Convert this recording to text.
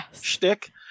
shtick